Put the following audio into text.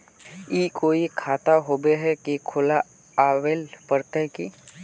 ई कोई खाता होबे है की खुला आबेल पड़ते की?